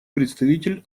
представитель